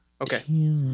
Okay